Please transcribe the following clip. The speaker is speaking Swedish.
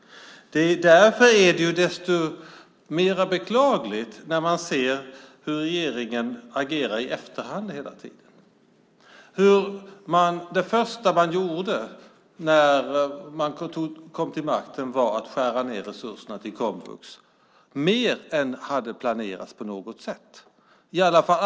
Därför är det desto mer beklagligt när man ser hur regeringen agerar i efterhand hela tiden. Det första som regeringen gjorde när den kom till makten var att skära ned resurserna till komvux, mer än vad som hade planerats på något sätt.